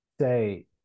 say